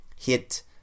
hit